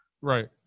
Right